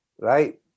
right